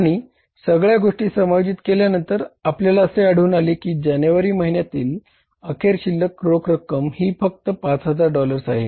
आणि सगळ्या गोष्टी समायोजित केल्यानंतर आपल्याला असे आढळून आले कि जानेवारी महिन्यातील अखेर शिल्लक रोख रक्कम ही फक्त 5000 डॉलर्स आहे